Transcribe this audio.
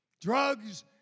Drugs